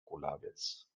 kulawiec